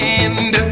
end